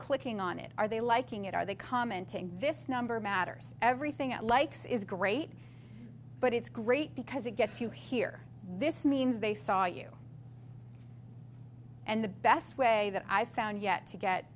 clicking on it are they liking it are they commenting this number matters everything it likes is great but it's great because it gets you here this means they saw you and the best way that i found yet to get